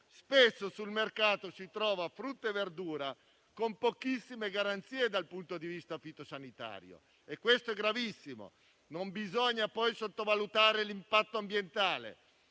spesso sul mercato si trovano frutta e verdura con pochissime garanzie dal punto di vista fitosanitario e ciò è gravissimo. Non bisogna poi sottovalutare l'impatto ambientale